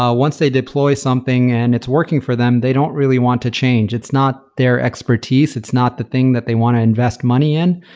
ah once they deploy something and it's working for them, they don't really want to change. it's not their expertise. it's not the thing that they want to invest money in.